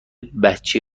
بچه